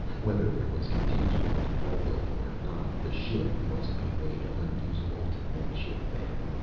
whether there was contagion in the control building or not, the ship must be made unusable to the med ship man!